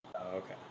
Okay